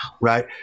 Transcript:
Right